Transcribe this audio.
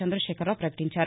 చంద్రశేఖరరావు ప్రకటించారు